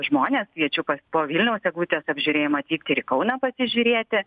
žmones kviečiu po vilniaus eglutės apžiūrėjimo atvykti ir į kauną pasižiūrėti